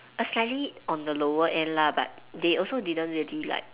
a slightly on the lower end lah but they also didn't really like